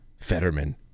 Fetterman